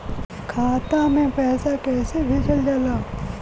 खाता में पैसा कैसे भेजल जाला?